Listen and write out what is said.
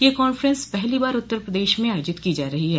यह कांफ्रेंस पहली बार उत्तर प्रदेश में आयोजित की जा रही है